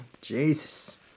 Jesus